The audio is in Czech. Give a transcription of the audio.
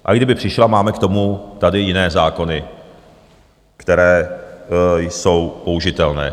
A kdyby přišla, máme k tomu tady jiné zákony, které jsou použitelné.